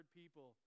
people